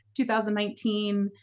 2019